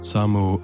Samu